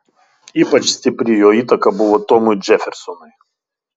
ypač stipri jo įtaka buvo tomui džefersonui